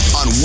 on